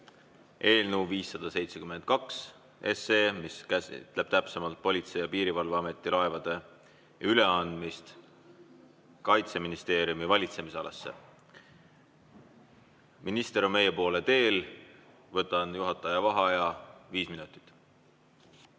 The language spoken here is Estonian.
eelnõu 572, mis käsitleb täpsemalt Politsei- ja Piirivalveameti laevade üleandmist Kaitseministeeriumi valitsemisalasse. Minister on meie poole teel, võtan juhataja vaheaja viis minutit.